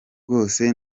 rwose